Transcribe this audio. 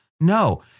No